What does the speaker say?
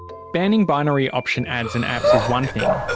banning binary option ads and apps is one thing.